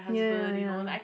ya ya ya